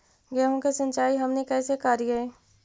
गेहूं के सिंचाई हमनि कैसे कारियय?